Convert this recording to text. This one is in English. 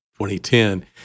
2010